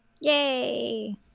Yay